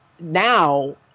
Now